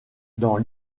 dans